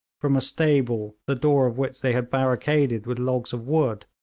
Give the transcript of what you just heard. from a stable the door of which they had barricaded with logs of wood,